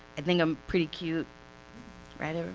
i think i'm pretty cute right ah